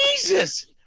Jesus